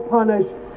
punished